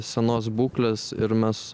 senos būklės ir mes